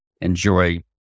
enjoy